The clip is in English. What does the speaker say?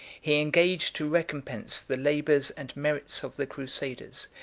he engaged to recompense the labors and merits of the crusaders,